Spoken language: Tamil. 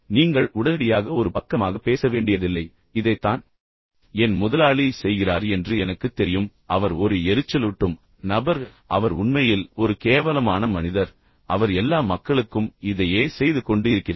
நீங்கள் உடனடியாக ஒரு பக்கமாக பேச வேண்டியதில்லை ஆம் இதைத்தான் என் முதலாளி செய்கிறார் என்று எனக்குத் தெரியும் அவர் ஒரு எரிச்சலூட்டும் நபர் பின்னர் அவர் உண்மையில் ஒரு கேவலமான மனிதர் அவர் எல்லா மக்களுக்கும் இதையே செய்து கொண்டு இருக்கிறார்